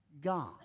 God